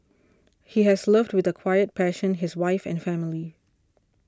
he has loved with a quiet passion his wife and family